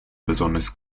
besonders